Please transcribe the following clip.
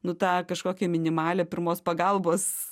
nu tą kažkokią minimalią pirmos pagalbos